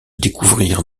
découvrirent